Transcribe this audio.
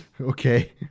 okay